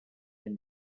been